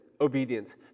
obedience